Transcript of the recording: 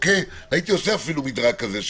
הייתי עושה אפילו מדרג כזה,